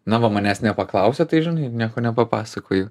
na va manęs nepaklausia tai žinai nieko nepapasakoju